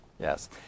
Yes